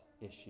issue